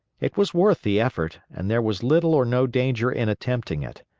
it was worth the effort and there was little or no danger in attempting it.